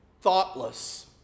thoughtless